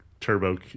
turbo